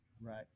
Right